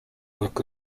work